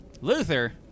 Luther